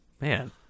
man